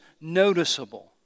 noticeable